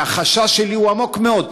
והחשש שלי הוא עמוק מאוד.